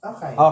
Okay